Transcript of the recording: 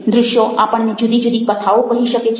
દ્રશ્યો આપણને જુદી જુદી કથાઓ કહી શકે છે